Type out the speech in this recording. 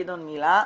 גדעון מילה,